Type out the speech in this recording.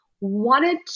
wanted